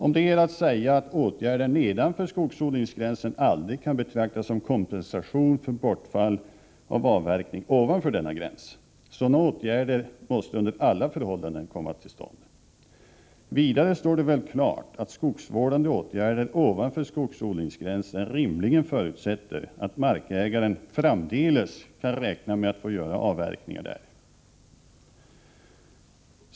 Om det är att säga att åtgärder nedanför skogsodlingsgränsen aldrig kan betraktas som kompensation för bortfall av avverkning ovanför denna gräns. Sådana åtgärder måste under alla förhållanden komma till stånd. Vidare står det väl klart att skogsvårdande åtgärder ovanför skogsodlingsgränsen rimligen förutsätter att markägaren framdeles kan räkna med att få göra avverkningar där.